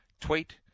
Tweet